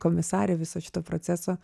komisarė viso šito proceso